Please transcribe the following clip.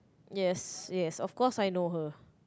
yes yes of course I know her